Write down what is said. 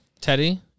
Teddy